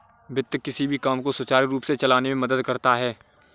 वित्त किसी भी काम को सुचारू रूप से चलाने में मदद करता है